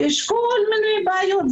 יש כל מיני בעיות.